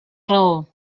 raó